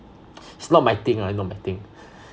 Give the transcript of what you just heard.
it's not my thing lah not my thing